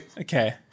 okay